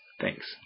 Thanks